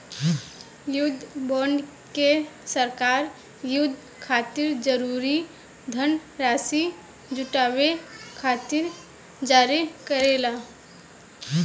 युद्ध बॉन्ड के सरकार युद्ध खातिर जरूरी धनराशि जुटावे खातिर जारी करेला